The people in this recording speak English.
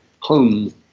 home